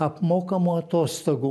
apmokamų atostogų